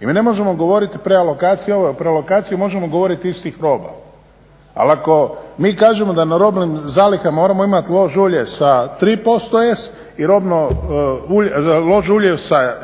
i mi ne možemo govoriti o prealokaciji. O prealokaciji možemo govorit istih roba, ali ako mi kažemo da na robnim zalihama moramo imat lož ulje sa 3% S i lož ulje sa